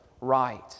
right